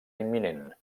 imminent